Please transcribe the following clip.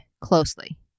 closely